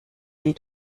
sie